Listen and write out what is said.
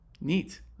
neat